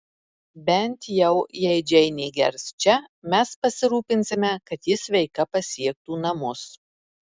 bent jau jei džeinė gers čia mes pasirūpinsime kad ji sveika pasiektų namus